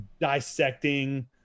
dissecting